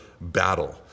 battle